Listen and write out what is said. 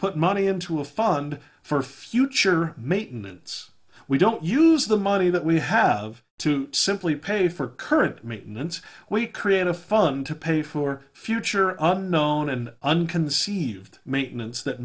put money into a fund for future maintenance we don't use the money that we have to simply pay for current maintenance we create a fund to pay for future on known and unconceived maintenance that